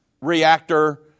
reactor